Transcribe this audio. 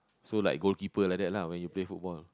so like goalkeeper like that lah when you play football